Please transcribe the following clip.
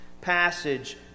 passage